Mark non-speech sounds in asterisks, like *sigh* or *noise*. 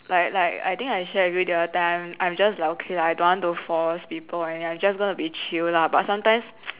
like like I think I share with you the other time I'm just like okay lah I don't want to force people or anything and I just gonna be chill lah but sometimes *noise*